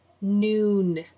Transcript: Noon